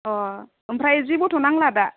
अ ओमफ्राय जेबोथ' नांला दा